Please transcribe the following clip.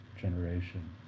generation